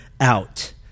out